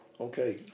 Okay